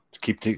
keep